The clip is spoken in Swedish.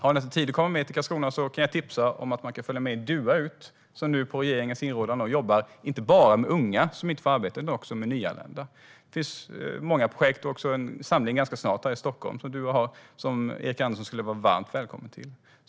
Om han inte har tid att följa med till Karlskrona kan jag tipsa om att han kan följa med Dua ut, som på regeringens inrådan jobbar med inte bara unga som inte får arbete utan också med nyanlända. Det finns många projekt. Dua kommer ganska snart att ha en samling här i Stockholm, och Erik Andersson är varmt välkommen dit.